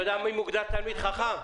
אתה יודע מי מוגדר תלמיד חכם?